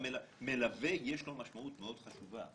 למלווה יש משמעות מאוד חשובה.